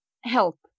help